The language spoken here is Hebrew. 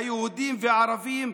היהודים והערבים,